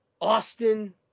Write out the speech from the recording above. Austin